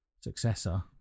successor